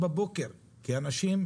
ואת מי ממנים?